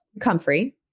comfrey